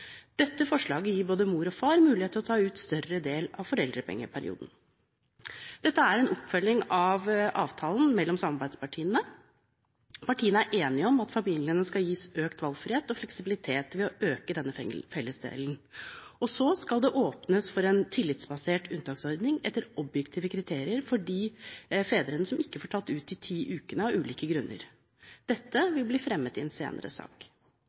Dette forslaget gir både mor og far mulighet til å ta ut større del av foreldrepengeperioden. Dette er en oppfølging av avtalen mellom samarbeidspartiene. Partiene er enige om at familiene skal gis økt valgfrihet og fleksibilitet ved å øke denne fellesdelen. Så skal det åpnes for en tillitsbasert unntaksordning etter objektive kriterier for de fedrene som ikke får tatt ut de ti ukene av ulike grunner. Dette vil bli fremmet i en senere sak.